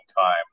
time